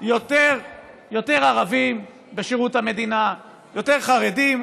יותר ערבים בשירות המדינה, יותר חרדים.